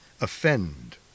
offend